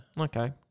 Okay